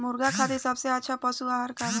मुर्गा खातिर सबसे अच्छा का पशु आहार बा?